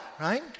right